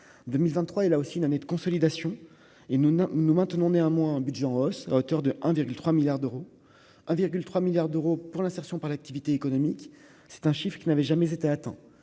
2023 et là aussi une année de consolidation et nous ne nous nous maintenons néanmoins un budget en hausse à hauteur de 1 virgule 3 milliards d'euros, 1 virgule 3 milliards d'euros pour l'insertion par l'activité économique, c'est un chiffre qui n'avait jamais été atteint